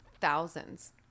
thousands